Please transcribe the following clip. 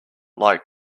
like